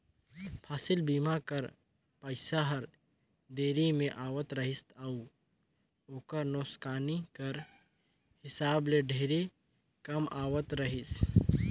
फसिल बीमा कर पइसा हर देरी ले आवत रहिस अउ ओकर नोसकानी कर हिसाब ले ढेरे कम आवत रहिस